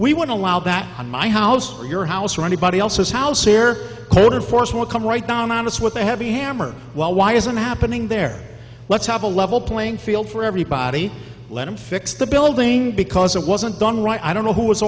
we would allow that on my house or your house or anybody else's house here cold or force would come right down on us with a heavy hammer well why isn't happening there let's have a level playing field for everybody let him fix the building because it wasn't done right i don't know who was